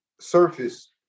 surface